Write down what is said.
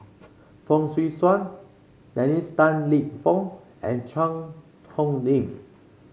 Fong Swee Suan Dennis Tan Lip Fong and Cheang Hong Lim